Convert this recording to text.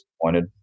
disappointed